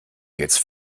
jetzt